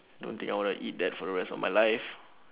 don't think I would want to eat that for the rest of my life